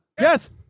Yes